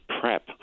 PrEP